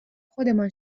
خودمان